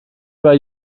bei